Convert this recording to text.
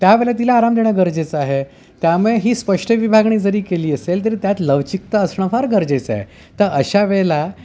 त्यावेळेला तिला आराम देणं गरजेचं आहे त्यामुळे ही स्पष्ट विभागणी जरी केली असेल तरी त्यात लवचिकता असणं फार गरजेचं आहे तर अशा वेळेला